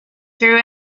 through